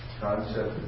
concept